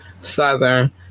Southern